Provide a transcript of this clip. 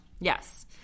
Yes